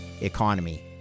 economy